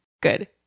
Good